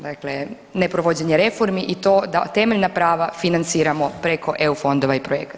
Dakle, neprovođenje reformi i to da temeljna prava financiramo preko EU fondova i projekata.